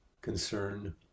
concern